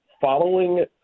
Following